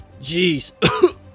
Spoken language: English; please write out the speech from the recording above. Jeez